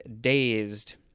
dazed